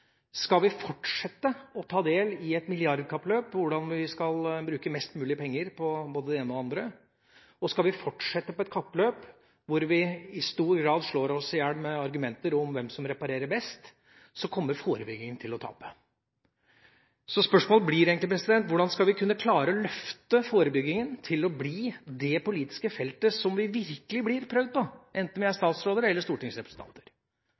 Skal vi fortsette å ta del i et milliardkappløp om hvordan vi skal bruke mest mulig penger på både det ene og det andre, og skal vi fortsette med et kappløp hvor vi i stor grad slår hverandre i hjel med argumenter om hvem som reparerer best, kommer forebyggingen til å tape. Spørsmålet blir egentlig: Hvordan skal vi klare å løfte forebygging til å bli det politiske feltet som vi virkelig blir prøvd på, enten vi er statsråder eller stortingsrepresentanter,